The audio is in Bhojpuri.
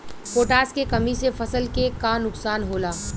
पोटाश के कमी से फसल के का नुकसान होला?